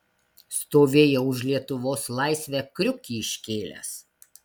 stovėjau už lietuvos laisvę kriukį iškėlęs